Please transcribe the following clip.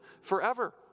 forever